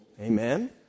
Amen